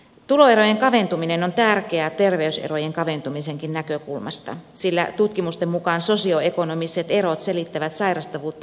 tuloerojen kaventuminen on tärkeää terveyserojenkin kaventumisen näkökulmasta sillä tutkimusten mukaan sosioekonomiset erot selittävät sairastavuutta huomattavan paljon